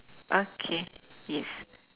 okay yes